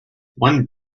one